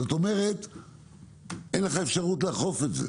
כלומר אין לך אפשרות לאכוף את זה,